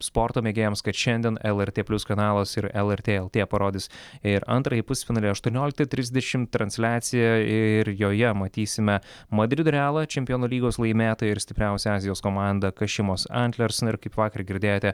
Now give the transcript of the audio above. sporto mėgėjams kad šiandien lrt plius kanalas ir lrt lt parodys ir antrąjį pusfinalį aštuonioliktą trisdešim transliacija ir joje matysime madrido realą čempionų lygos laimėtoją ir stipriausią azijos komandą kašimos antlers na ir kaip vakar girdėjote